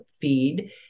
feed